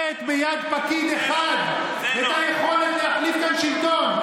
לתת ביד פקיד אחד את היכולת להחליף כאן שלטון.